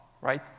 right